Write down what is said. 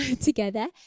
together